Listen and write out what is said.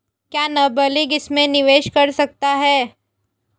क्या नाबालिग इसमें निवेश कर सकता है?